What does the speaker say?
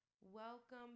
Welcome